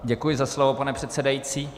Děkuji za slovo, pane předsedající.